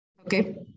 Okay